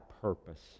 purpose